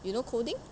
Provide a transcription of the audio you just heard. you know coding